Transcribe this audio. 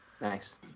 Nice